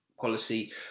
policy